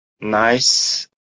nice